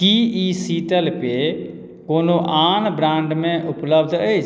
की ई शीतल पेय कओनो आन ब्रांडमे उपलब्ध अछि